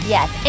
Yes